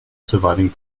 surviving